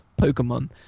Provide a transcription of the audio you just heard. pokemon